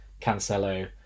Cancelo